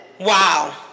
Wow